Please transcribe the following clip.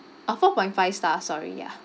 uh four point five star sorry ya